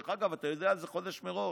דרך אגב, אתה יודע על זה חודש מראש,